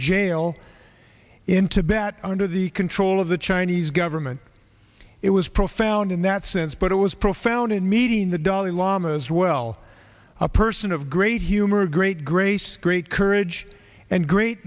jail in tibet under the control of the chinese government it was profound and that's but it was profound in meeting the dalai lama as well a person of great humor great grace great courage and great